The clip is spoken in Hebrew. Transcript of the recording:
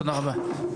תודה רבה.